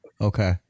Okay